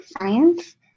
science